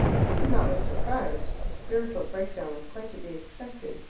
he was not much surprised a spiritual breakdown was quite to be expected.